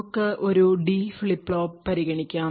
നമുക്ക് ഒരു D flip flop പരിഗണിക്കാം